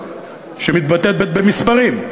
שמתבטאת במספרים,